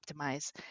optimize